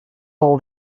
all